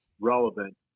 relevant